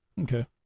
Okay